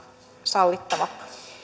sallittava